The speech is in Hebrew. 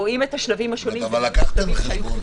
אבל לקחתם בחשבון